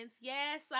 Yes